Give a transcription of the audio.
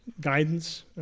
guidance